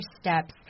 steps